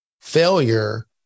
failure